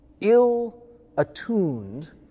ill-attuned